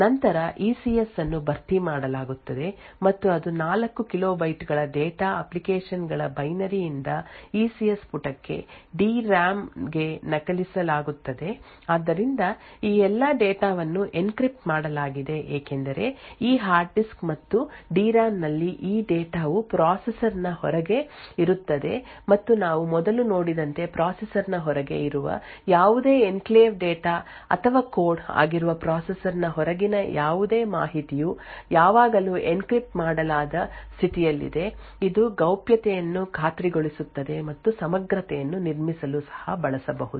ನಂತರ E C S ಅನ್ನು ಭರ್ತಿ ಮಾಡಲಾಗುತ್ತದೆ ಮತ್ತು ಅದು 4 ಕಿಲೋ ಬೈಟ್ ಗಳ ಡೇಟಾ ಅಪ್ಲಿಕೇಶನ್ ಗಳ ಬೈನರಿ ಯಿಂದ ಇಸಿಎಸ್ ಪುಟಕ್ಕೆ ಡಿ ಆರ್ ಎ ಎಂ ಗೆ ನಕಲಿಸಲಾಗುತ್ತದೆ ಆದ್ದರಿಂದ ಈ ಎಲ್ಲಾ ಡೇಟಾ ವನ್ನು ಎನ್ಕ್ರಿಪ್ಟ್ ಮಾಡಲಾಗಿದೆ ಏಕೆಂದರೆ ಈ ಹಾರ್ಡ್ ಡಿಸ್ಕ್ ಮತ್ತು ಡಿ ಆರ್ ಎ ಎಂ ನಲ್ಲಿ ಈ ಡೇಟಾ ವು ಪ್ರೊಸೆಸರ್ ನ ಹೊರಗೆ ಇರುತ್ತದೆ ಮತ್ತು ನಾವು ಮೊದಲು ನೋಡಿದಂತೆ ಪ್ರೊಸೆಸರ್ ನ ಹೊರಗೆ ಇರುವ ಯಾವುದೇ ಎನ್ಕ್ಲೇವ್ ಡೇಟಾ ಅಥವಾ ಕೋಡ್ ಆಗಿರುವ ಪ್ರೊಸೆಸರ್ ನ ಹೊರಗಿನ ಯಾವುದೇ ಮಾಹಿತಿಯು ಯಾವಾಗಲೂ ಎನ್ಕ್ರಿಪ್ಟ್ ಮಾಡಲಾದ ಸ್ಥಿತಿಯಲ್ಲಿದೆ ಇದು ಗೌಪ್ಯತೆಯನ್ನು ಖಾತ್ರಿಗೊಳಿಸುತ್ತದೆ ಮತ್ತು ಸಮಗ್ರತೆಯನ್ನು ನಿರ್ಮಿಸಲು ಸಹ ಬಳಸಬಹುದು